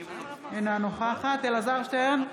אינה נוכחת אלעזר שטרן,